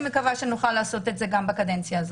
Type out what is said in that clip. מקווה שנוכל לעשות את זה גם בקדנציה הזאת.